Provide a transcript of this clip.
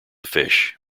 fish